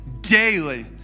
daily